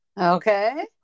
Okay